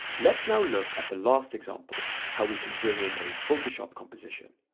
let's now look at the last example how we can bring in a photoshop composition.